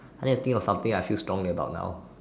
I need to think of something I feel strong about now